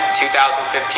2015